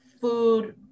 food